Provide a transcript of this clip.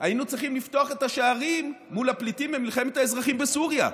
היינו צריכים לפתוח את השערים מול הפליטים ממלחמת האזרחים בסוריה.